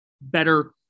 better